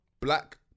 Black